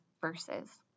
verses